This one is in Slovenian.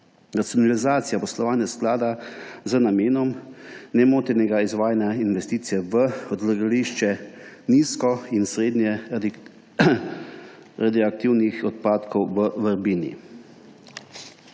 racionalizacija poslovanja sklada z namenom nemotenega izvajanja investicije v odlagališče nizko- in srednjeradioaktivnih odpadkov v Vrbini.